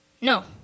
no